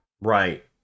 Right